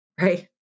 right